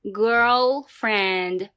girlfriend